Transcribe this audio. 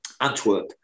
Antwerp